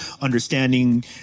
understanding